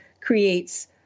creates